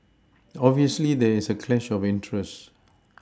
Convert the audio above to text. obviously there is a clash of interest